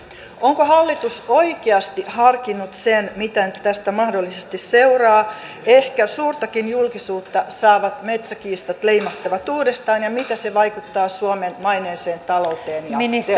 onko hallitus oikeasti harkinnut mitä tästä mahdollisesti seuraa ehkä suurtakin julkisuutta saavat metsäkiistat leimahtavat uudestaan ja miten se vaikuttaa suomen maineeseen talouteen ja teollisuuteen